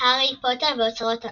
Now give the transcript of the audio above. "הארי פוטר ואוצרות המוות",